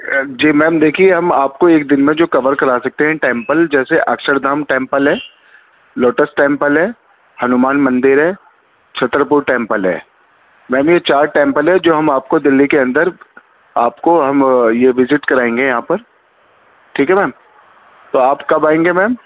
جی ma'am دیکھیے ہم آپ کو ایک دن میں جو کور کرا سکتے ہیں ٹیمپل جیسے اکشردھام ٹیمپل ہے لوٹس ٹیمپل ہے ہنومان مندر ہے چھترپور ٹیمپل ہے میم یہ چار ٹیمپل ہے جو ہم آپ کو دہلی کے اندر آپ کو ہم یہ وزٹ کرائیں گے یہاں پر ٹھیک ہے میم تو آپ کب آئیں گے میم